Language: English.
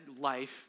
life